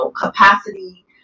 capacity